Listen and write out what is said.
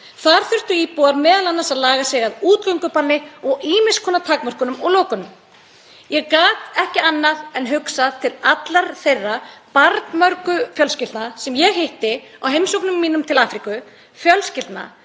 Þar þurftu íbúar m.a. að laga sig að útgöngubanni og ýmiss konar takmörkunum og lokunum. Ég gat ekki annað en hugsað til allra þeirra barnmörgu fjölskyldna sem ég hitti í heimsóknum mínum til Afríku, fjölskyldna